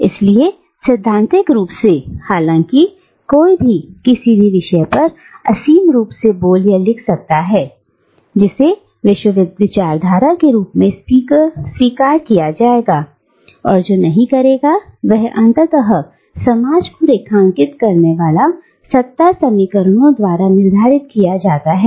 इसलिए सैद्धांतिक रूप से हालांकि कोई भी किसी भी विषय पर असीम रूप से बोल या लिख सकता है जिसे विचारधारा के रूप में स्वीकार किया जाएगा और जो नहीं करेगा वह अंततः समाज को रेखांकित करने वाले सत्ता समीकरणों द्वारा निर्धारित किया जाता है